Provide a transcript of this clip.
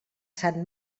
sant